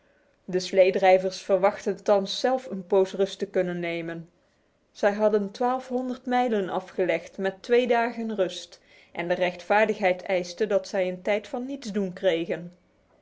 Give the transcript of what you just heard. de sleedrijvers verwachtten thans zelf een poos rust te kunnen nemen zij hadden twaalfhonderd mijlen afgelegd met twee dagen rust en de rechtvaardigheid eiste dat zij een tijd van nietsdoen kregen